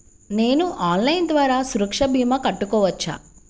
నేను ఆన్లైన్ ద్వారా సురక్ష భీమా కట్టుకోవచ్చా?